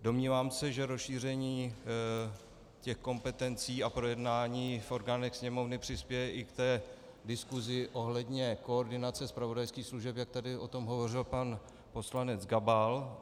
Domnívám se, že rozšíření těch kompetencí a projednání v orgánech Sněmovny přispěje i k diskusi ohledně koordinace zpravodajských služeb, jak tady o tom hovořil pan poslanec Gabal.